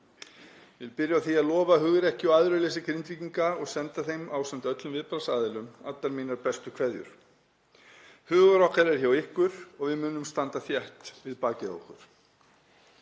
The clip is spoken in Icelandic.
Ég vil byrja á því að lofa hugrekki og æðruleysi Grindvíkinga og senda þeim ásamt öllum viðbragðsaðilum allar mínar bestu kveðjur. Hugur okkar er hjá ykkur og við munum standa þétt við bakið á ykkur.